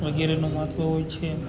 વગેરેનું મહત્વ હોય છે